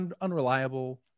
unreliable